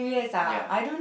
ya